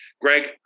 Greg